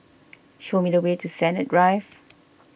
show me the way to Sennett Drive